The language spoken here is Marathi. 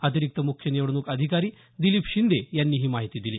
अतिरिक्त मुख्य निवडणूक अधिकारी दिलीप शिंदे यांनी ही माहिती दिली